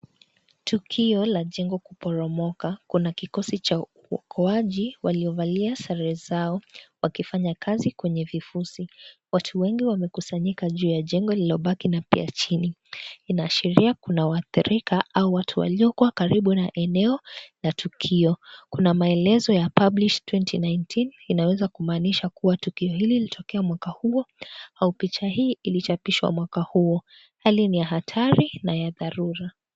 Tukio la jengo kuporomoka. Kuna kikosi cha uokoaji waliovalia sare zao wakifanya kazi kwenye vifusi. Watu wengi wamekusanyika juu ya jengo lililobaki na pia chini inaashiria kuna waathirika au watu waliokuwa karibu na eneo na tukio. Kuna maelezo ya published 2019 inaweza kumaanisha kuwa tukio hili lilitokea mwaka huo au picha hii ilichapishwa mwaka huo. Hali ni ya hatari na ya dharura.